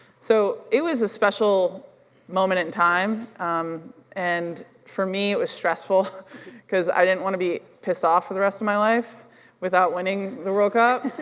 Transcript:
so it was a special moment in time and for me, it was stressful cause i didn't want to be pissed off for the rest of my life without winning the world cup.